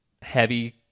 heavy